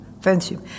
friendship